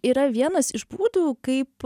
yra vienas iš būdų kaip